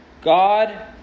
God